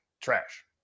trash